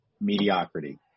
mediocrity